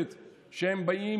חשבתי לעצמי, מה זה מיוחד?